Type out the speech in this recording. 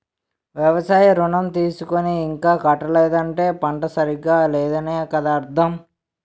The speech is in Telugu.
వ్యవసాయ ఋణం తీసుకుని ఇంకా కట్టలేదంటే పంట సరిగా లేదనే కదా అర్థం